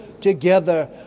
together